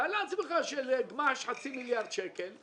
תאר לעצמך שלגמ"ח יש חצי מיליארד שקל.